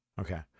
Okay